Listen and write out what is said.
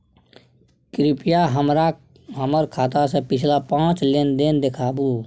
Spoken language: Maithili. कृपया हमरा हमर खाता से पिछला पांच लेन देन देखाबु